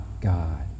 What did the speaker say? God